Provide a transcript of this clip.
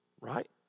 right